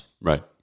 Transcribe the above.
right